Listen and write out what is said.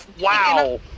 Wow